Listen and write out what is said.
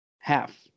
Half